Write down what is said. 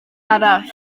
arall